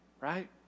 Right